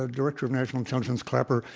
ah director of national intelligence, clapper,